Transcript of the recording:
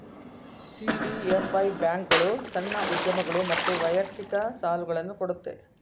CDFI ಬ್ಯಾಂಕ್ಗಳು ಸಣ್ಣ ಉದ್ಯಮಗಳು ಮತ್ತು ವೈಯಕ್ತಿಕ ಸಾಲುಗಳನ್ನು ಕೊಡುತ್ತೆ